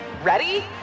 Ready